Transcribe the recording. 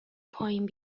پایین